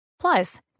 Plus